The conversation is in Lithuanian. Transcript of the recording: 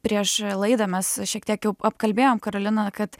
prieš laidą mes šiek tiek jau apkalbėjom karolina kad